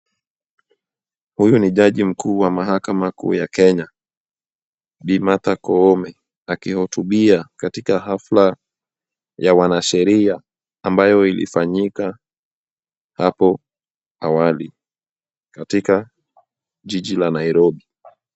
Huyu ni judge mkuu wa mahakama kuu ya Kenya, Bi. Martha Koome, akihotubia katika hafla ya wanasheria, ambayo ilifanyika hapo awali, katika jiji la Nairobi.